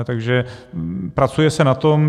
Takže pracuje se na tom.